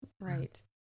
Right